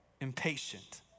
impatient